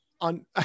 on